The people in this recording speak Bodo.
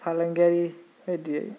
फालांगियारि बायदियै